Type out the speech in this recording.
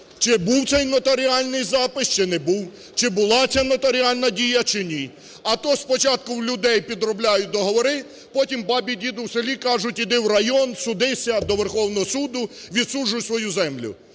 чи був цей нотаріальний запис, чи не був? Чи була ця нотаріальна дія, чи ні? А то спочатку у людей підробляють договори, потім бабі, діду в селі кажуть йти в район, судися, до Верховного Суду, відсуджуй свою землю.